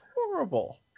horrible